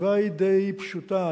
התשובה היא די פשוטה.